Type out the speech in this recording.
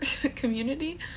community